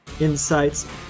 insights